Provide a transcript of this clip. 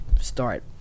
start